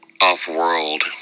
off-world